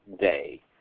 day